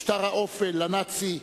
משטר האופל הנאצי,